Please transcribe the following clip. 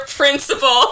principal